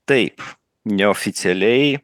taip neoficialiai